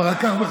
אבל רק הבא